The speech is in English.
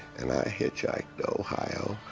and i hitchhiked to ohio,